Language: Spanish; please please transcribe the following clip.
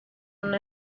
una